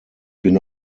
bin